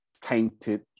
tainted